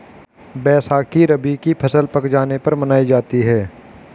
बैसाखी रबी की फ़सल पक जाने पर मनायी जाती है